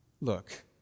look